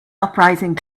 uprising